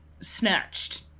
snatched